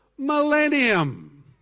Millennium